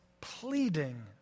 pleading